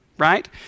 right